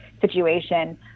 situation